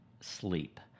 sleep